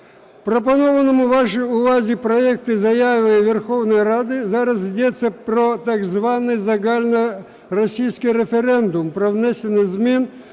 пропонованому вашій увазі проекті заяви Верховної Ради зараз йдеться про так званий загальноросійський референдум про внесення змін